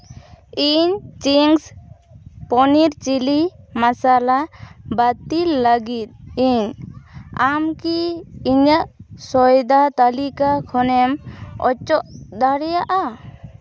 ᱤᱧ Ching's paneer chilli masala ᱵᱟᱹᱛᱤᱞ ᱞᱟᱹᱜᱤᱫ ᱤᱧ ᱟᱢ ᱠᱤ ᱤᱧᱟᱹᱜ ᱥᱚᱭᱫᱟ ᱛᱟᱹᱞᱤᱠᱟ ᱠᱷᱚᱱᱮᱢ ᱚᱪᱚᱜ ᱫᱟᱲᱮᱭᱟᱜᱼᱟ